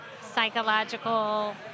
psychological